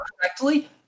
correctly